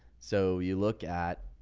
so you look at.